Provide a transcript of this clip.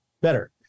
better